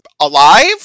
alive